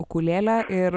ukulėle ir